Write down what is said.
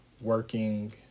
working